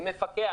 כמפקח,